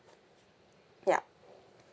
yup